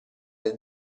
del